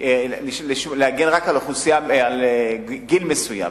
להגן רק על גיל מסוים.